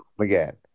again